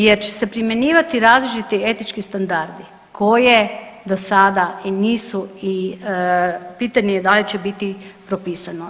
Jer će se primjenjivati različiti etički standardi koje do sada i nisu i pitanje je da li će biti propisano.